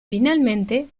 finalmente